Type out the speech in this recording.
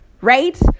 right